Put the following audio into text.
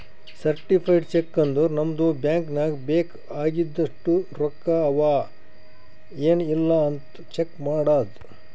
certified cheque ಅಂದುರ್ ನಮ್ದು bank ನಾಗ್ ಬೇಕ್ ಆಗಿದಷ್ಟು ರೊಕ್ಕಾ ಅವಾ ಎನ್ ಇಲ್ಲ್ ಅಂತ್ ಚೆಕ್ ಮಾಡದ್